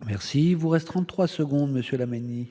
La parole est à M. Marc Laménie,